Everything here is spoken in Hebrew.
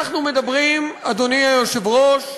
אנחנו מדברים, אדוני היושב-ראש,